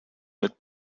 mit